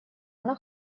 она